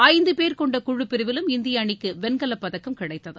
ஐந்து போ கொண்ட குழுப் பிரிவிலும் இந்திய அணிக்கு வெண்கலப் பதக்கம் கிடைத்தது